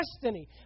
destiny